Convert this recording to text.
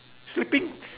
sleeping